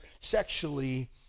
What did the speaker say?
sexually